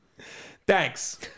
Thanks